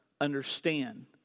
understand